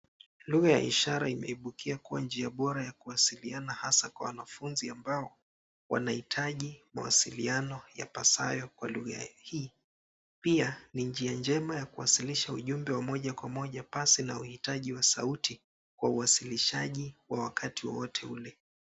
Lugha ya ishara imeibukia kuwa njia bora ya kuwasiliana hasa kwa wanafunzi ambao wanahitaji mawasiliano yapasayo kwa lugha hii pia ni njia njema ya kuwasilisha ujumbe wa moja kwa moja pasi na uhitaji wa sauti kwa uwasilishaji wa wakati wowote ule.